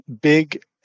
big